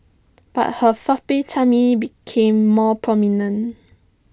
but her flabby tummy became more prominent